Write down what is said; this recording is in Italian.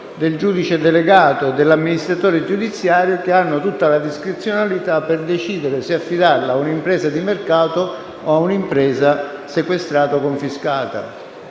il giudice delegato e l'amministratore giudiziario hanno tutta la discrezionalità per decidere se affidare il lavoro di manutenzione a un'impresa di mercato o a un'impresa sequestrata o confiscata.